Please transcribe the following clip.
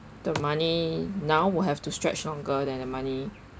the money now we'll have to stretch longer than the money